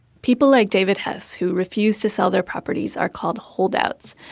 people like david hess who refuse to sell their properties, are called holdouts.